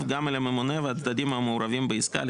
גם על הממונה והצדדים המעורבים בעסקה".